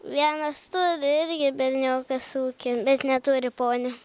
vienas turi irgi berniukas ūkį bet neturi ponių